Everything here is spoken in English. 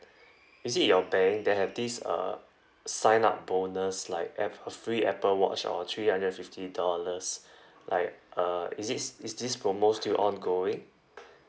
is it your bank that have this uh sign up bonus like ap~ free apple watch or three hundred and fifty dollars like uh is it is this promo still ongoing